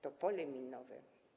To pole minowe.